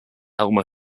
elmer